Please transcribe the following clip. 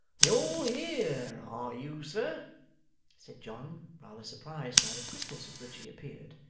you're here, are you, sir said john, rather surprised by the quickness with which he appeared.